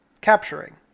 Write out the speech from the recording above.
capturing